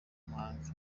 mahanga